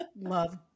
love